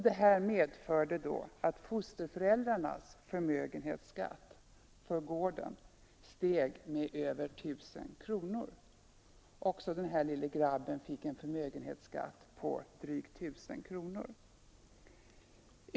Detta medförde att fosterföräldrarnas förmögenhetsskatt för den gård de innehar steg med över 1 000 kronor, och även pojken fick en förmögenhetsskatt på drygt 1 000 kronor.